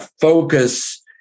focus